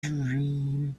dream